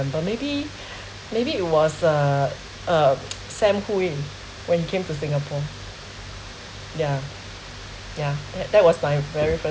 maybe maybe it was uh uh sam hui when he came to singapore yeah yeah that that was my very first